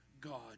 God